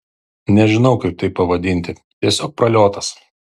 nežinau kaip tai pavadinti tiesiog praliotas